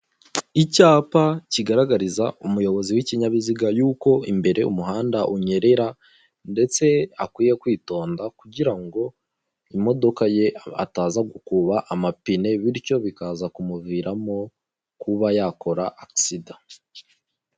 Icyapa kigaragariza umuyobozi w'ikinyabiziga, yuko imbere umuhanda unyerera ndetse akwiye kwitonda kugira ngo imodoka ye ataza gukuba amapine, bityo bikaza kumuviramo kuba yakora agisida.